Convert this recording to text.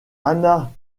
anna